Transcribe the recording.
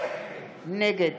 נגד